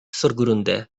surgrunde